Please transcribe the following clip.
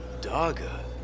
Daga